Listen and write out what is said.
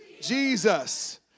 Jesus